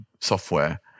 software